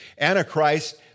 Antichrist